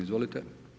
Izvolite.